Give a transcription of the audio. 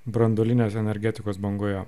branduolinės energetikos bangoje